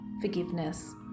forgiveness